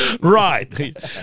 right